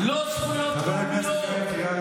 לא זכויות לאומיות.